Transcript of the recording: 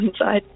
inside